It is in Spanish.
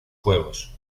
juegos